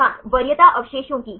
छात्र वरीयता अवशेषों की